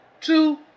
Two